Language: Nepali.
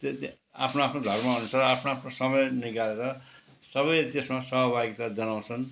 त्यो त आफ्नो आफ्नो धर्म अनुसार आफ्नो आफ्नो समय निकालेर सबैले त्यसमा सहभागिता जनाउँछन्